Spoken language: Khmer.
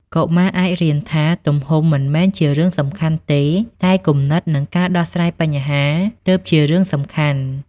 កុមារអាចរៀនថា ទំហំមិនមែនជារឿងសំខាន់ទេ តែគំនិតនិងការដោះស្រាយបញ្ហាទើបជារឿងសំខាន់។